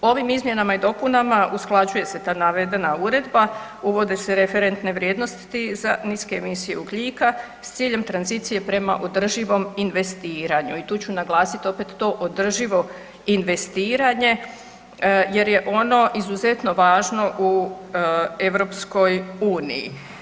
Ovim izmjenama i dopunama, usklađuje se ta navedena uredba, uvode se referentne vrijednosti za niske emisije ugljika s ciljem tranzicije prema održivom investiranju i tu ću naglasiti opet to održivo investiranje jer je ono izuzetno važno u EU-u.